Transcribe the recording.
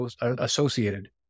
associated